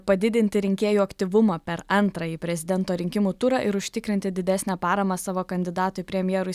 padidinti rinkėjų aktyvumą per antrąjį prezidento rinkimų turą ir užtikrinti didesnę paramą savo kandidatui premjerui